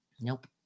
Nope